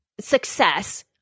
success